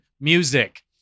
music